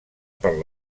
per